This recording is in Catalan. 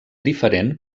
diferent